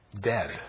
dead